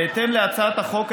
בהתאם להצעת החוק,